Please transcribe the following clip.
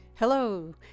Hello